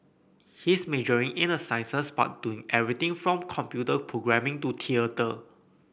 he is majoring in the sciences but doing everything from computer programming to theatre